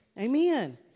Amen